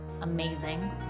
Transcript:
amazing